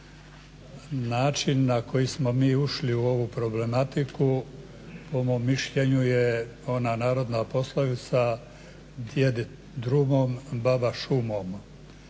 Način na koji smo mi ušli u ovu problematiku, po mom mišljenju je ona narodna poslovica "Djed drumom, baba šumom.",